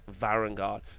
varangard